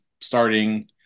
starting